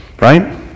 Right